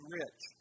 rich